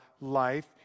life